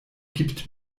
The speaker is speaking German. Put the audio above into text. gibt